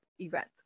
event